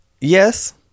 Yes